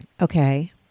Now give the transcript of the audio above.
Okay